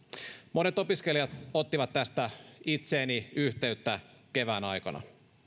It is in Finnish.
monet opiskelijat ottivat tästä itseeni yhteyttä kevään aikana